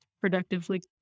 productively